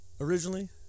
originally